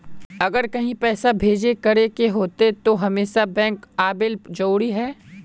अगर कहीं पैसा भेजे करे के होते है तो हमेशा बैंक आबेले जरूरी है?